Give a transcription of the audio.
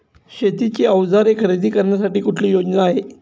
शेतीची अवजारे खरेदी करण्यासाठी कुठली योजना आहे?